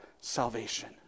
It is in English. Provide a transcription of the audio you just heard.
salvation